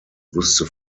wusste